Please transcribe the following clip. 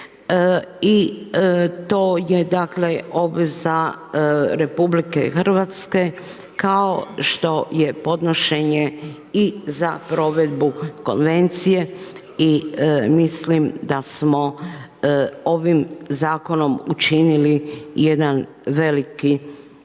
i to je dakle obveza RH kao što je podnošenje i za provedbu konvencije i mislim da smo ovim zakonom učinili jedan veliki